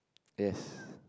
yes